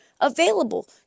available